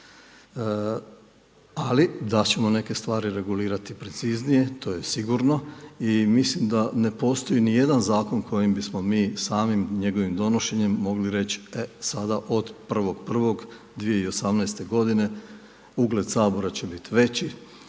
Ali da ćemo neke stvari regulirati preciznije to je sigurno. I mislim da ne postoji ni jedan zakon kojim bismo mi samim njegovim donošenjem mogli reći e sada od 1. 1. 2018. godine ugled Sabora će biti veći,